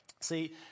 See